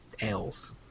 ales